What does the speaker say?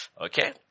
Okay